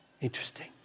Interesting